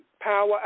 Power